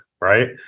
right